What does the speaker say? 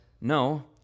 no